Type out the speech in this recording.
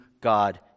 God